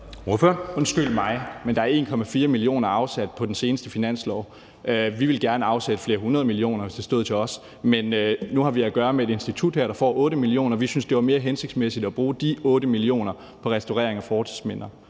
Undskyld mig, men der er afsat 1,4 mio. kr. på den seneste finanslov. Vi ville gerne afsætte flere hundrede millioner kroner, hvis det stod til os, men nu har vi at gøre med et institut her, der får 8 mio. kr. Vi synes, det var mere hensigtsmæssigt at bruge de 8 mio. kr. på restaurering af fortidsminder.